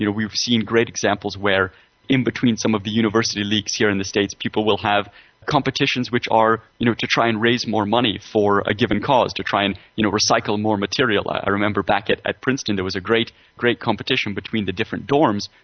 you know we've seen great examples where in between some of the university leaks here in the states people will have competitions which are you know to try and raise more money for a given cause, to try and you know recycle more material. i remember back at at princeton there was a great competition between the different dorms,